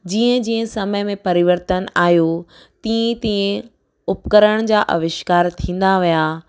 जीअं जीअं समय में परिवर्तन आयो तीअं तीअं उपकरण जा अविष्कार थींदा विया